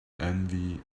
envy